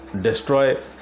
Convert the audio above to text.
destroy